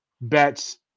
bets